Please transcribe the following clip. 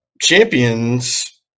champions